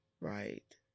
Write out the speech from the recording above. Right